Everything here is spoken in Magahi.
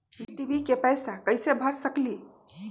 डिस टी.वी के पैईसा कईसे भर सकली?